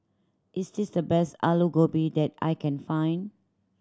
is this the best Alu Gobi that I can find